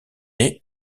est